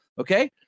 okay